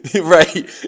right